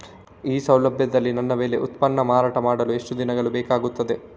ಈ ಸೌಲಭ್ಯದಲ್ಲಿ ನನ್ನ ಬೆಳೆ ಉತ್ಪನ್ನ ಮಾರಾಟ ಮಾಡಲು ಎಷ್ಟು ದಿನಗಳು ಬೇಕಾಗುತ್ತದೆ?